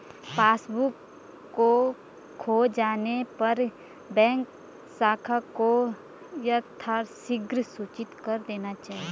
passbook खो जाने पर बैंक शाखा को यथाशीघ्र सूचित कर देना चाहिए